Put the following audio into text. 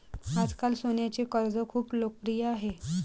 आजकाल सोन्याचे कर्ज खूप लोकप्रिय आहे